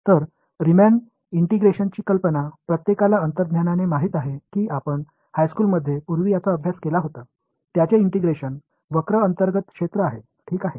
तर रीमॅन इंटिग्रेशनची कल्पना प्रत्येकाला अंतर्ज्ञानाने माहित आहे की आपण हायस्कूलमध्ये पूर्वी याचा अभ्यास केला होता त्याचे इंटिग्रेशन वक्र अंतर्गत क्षेत्र आहे ठीक आहे